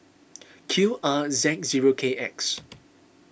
Q R Z zero K X